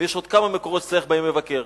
ויש עוד כמה מקומות שצריך בהם מבקר.